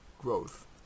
Growth